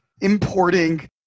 importing